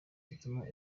zituma